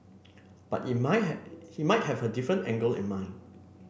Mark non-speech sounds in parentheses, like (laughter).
but he might (unintelligible) he might have a different angle in mind